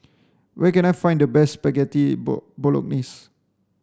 where can I find the best Spaghetti Bolognese